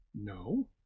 no